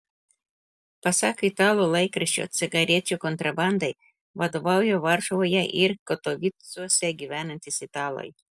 pasak italų laikraščio cigarečių kontrabandai vadovauja varšuvoje ir katovicuose gyvenantys italai